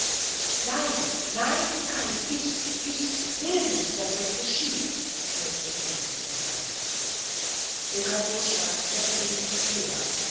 nein nein nein ich ich ich will nicht daß es geschieht knirschte sie in sich hinein zrcadlo schwankte hin und her